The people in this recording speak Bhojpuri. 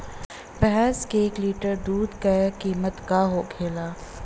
भैंस के एक लीटर दूध का कीमत का होखेला?